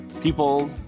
people